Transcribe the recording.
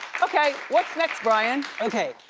okay, what's next, brian? okay,